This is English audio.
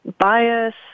bias